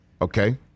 okay